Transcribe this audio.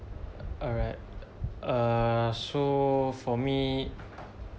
alright err so for me